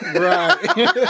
Right